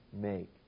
make